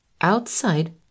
outside